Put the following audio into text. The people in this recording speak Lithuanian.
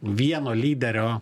vieno lyderio